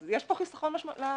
אז יש פה חיסכון לאזרח.